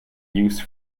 use